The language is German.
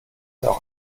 auch